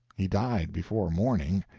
he died before morning.